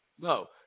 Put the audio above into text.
No